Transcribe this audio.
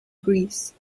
greece